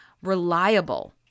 reliable